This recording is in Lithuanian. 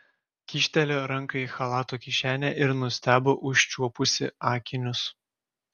kyštelėjo ranką į chalato kišenę ir nustebo užčiuopusi akinius